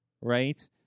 right